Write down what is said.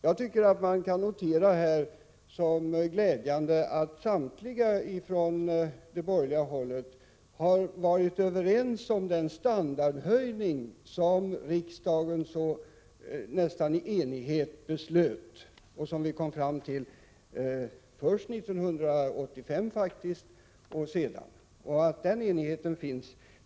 Jag noterar det glädjande i att samtliga på det borgerliga hållet har varit överens om den standardhöjning som riksdagen nästan i enighet har beslutat om — först 1985 och även senare.